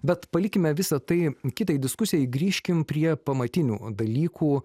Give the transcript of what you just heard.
bet palikime visa tai kitai diskusijai grįžkim prie pamatinių dalykų